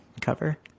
cover